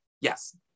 Yes